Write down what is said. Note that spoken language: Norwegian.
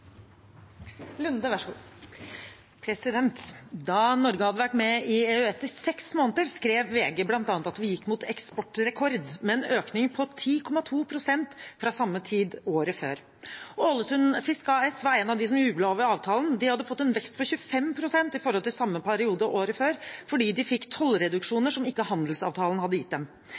Da Norge hadde vært med i EØS i seks måneder, skrev VG, bl.a., at vi gikk mot eksportrekord, med en økning på 10,2 pst. fra samme tid året før. Aalesundfisk AS var av dem som jublet over avtalen. De hadde fått en vekst på 25 pst. i forhold til samme periode året før fordi de fikk tollreduksjoner som ikke handelsavtalen hadde gitt dem.